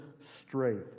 straight